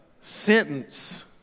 sentence